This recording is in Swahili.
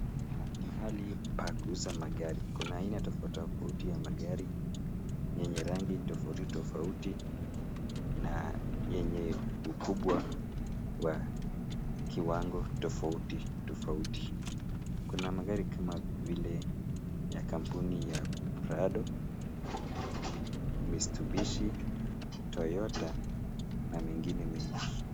Mahali pa kuuza magari. Kuna aina tofauti tofauti ya magari yenye rangi tofauti tofauti na yenye ukubwa wa kiwango tofauti tofauti. Kuna magari kama vile ya kampuni ya Prado, Mitsubishi, Toyota na mengine mengi.